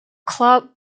club